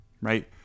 right